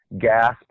gasp